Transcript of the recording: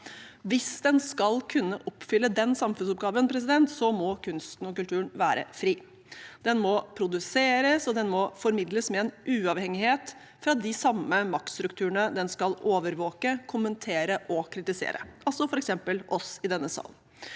Hvis det skal kunne oppfylle den samfunnsoppgaven, må kunsten og kulturen være fri. Det må produseres og formidles med en uavhengighet fra de samme maktstrukturene det skal overvåke, kommentere og kritisere – som f.eks. oss i denne salen.